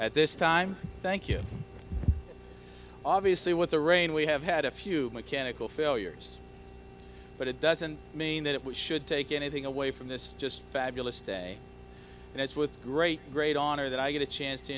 at this time thank you obviously with the rain we have had a few mechanical failures but it doesn't mean that we should take anything away from this just fabulous day and it's with great great honor that i get a chance to